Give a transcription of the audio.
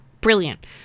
Brilliant